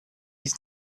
his